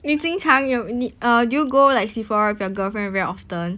你经常有你 uh do you go like Sephora with your girlfriend very often